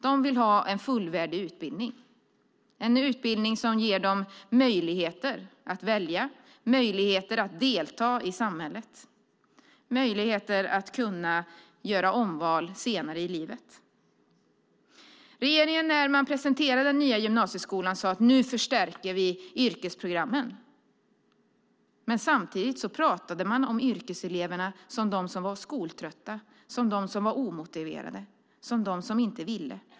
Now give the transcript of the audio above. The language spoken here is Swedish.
De vill ha en fullvärdig utbildning - en utbildning som ger dem möjligheter att välja, möjligheter att delta i samhället och möjligheter att göra omval senare i livet. När regeringen presenterade den nya gymnasieskolan sade man att man nu förstärker yrkesprogrammen. Men samtidigt talade man om yrkeseleverna som dem som var skoltrötta och omotiverade, som dem som inte ville.